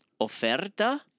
Oferta